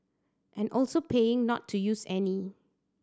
and also paying not to use any